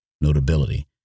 Notability